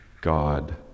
God